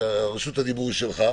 רשות הדיבור היא שלך.